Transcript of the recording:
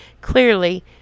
Clearly